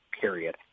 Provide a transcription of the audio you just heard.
period